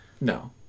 No